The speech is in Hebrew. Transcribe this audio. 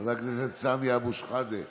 חבר הכנסת סמי אבו שחאדה